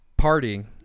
partying